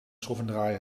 schroevendraaier